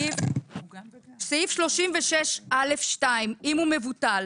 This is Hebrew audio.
סעיף 36(א)(1), אם הוא מבוטל